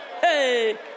Hey